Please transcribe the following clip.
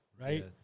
right